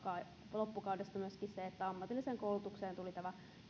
loppukaudesta myöskin se että ammatilliseen koulutukseen tuli tämä